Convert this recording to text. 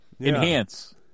Enhance